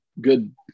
good